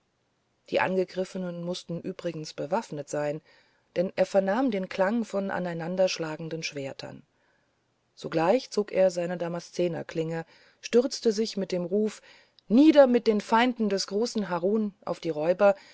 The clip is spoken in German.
die angegriffenen mußten übrigens bewaffnet sein denn er vernahm den klang von aneinandergeschlagenen schwertern sogleich zog er seine damaszenerklinge und stürzte sich mit dem ruf nieder mit den feinden des großen harun auf die räuber